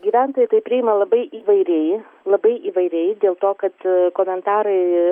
gyventojai tai priima labai įvairiai labai įvairiai dėl to kad komentarai